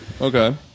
okay